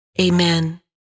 Amen